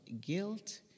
guilt